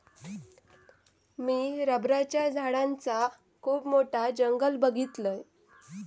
मी रबराच्या झाडांचा खुप मोठा जंगल बघीतलय